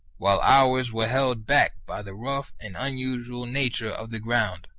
while ours were held back by the rough and unusual nature of the ground.